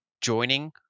joining